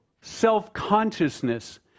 self-consciousness